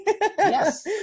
Yes